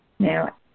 Now